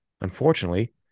Unfortunately